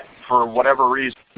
for whatever reason,